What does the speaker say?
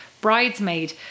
bridesmaid